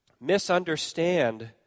misunderstand